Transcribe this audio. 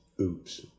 oops